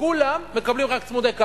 שכולם מקבלים רק צמודי קרקע.